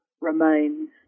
remains